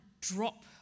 drop